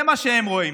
זה מה שהם רואים.